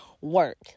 work